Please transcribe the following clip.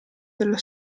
dello